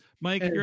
Mike